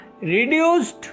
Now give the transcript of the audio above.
reduced